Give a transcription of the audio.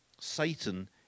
Satan